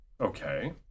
Okay